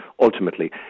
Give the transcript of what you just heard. ultimately